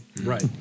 Right